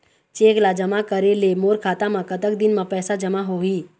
Cheque ला जमा करे ले मोर खाता मा कतक दिन मा पैसा जमा होही?